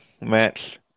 match